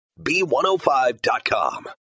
B105.com